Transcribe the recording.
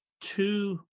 two